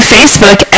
Facebook